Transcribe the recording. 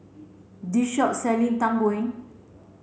this shop selling Tang Yuen